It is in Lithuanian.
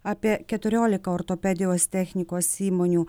apie keturiolika ortopedijos technikos įmonių